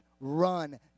run